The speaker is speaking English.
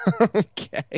Okay